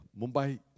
Mumbai